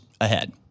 ahead